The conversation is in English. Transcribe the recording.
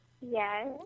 Yes